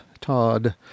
todd